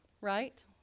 right